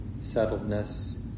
settledness